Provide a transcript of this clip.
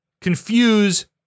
confuse